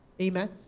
Amen